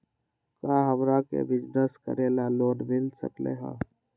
का हमरा के बिजनेस करेला लोन मिल सकलई ह?